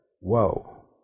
whoa